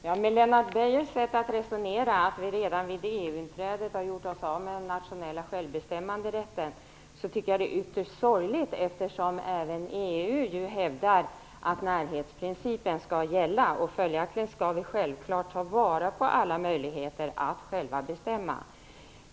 Fru talman! Lennart Beijers sätt att resonera, att vi redan vid EU-inträdet har gjort oss av med den nationella självbestämmanderätten, tycker jag är ytterst sorgligt, eftersom även EU hävdar att närhetsprincipen skall gälla. Följaktligen skall vi självklart ta vara på alla möjligheter att själva bestämma.